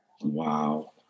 Wow